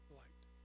light